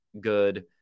Good